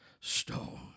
stone